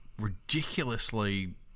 ridiculously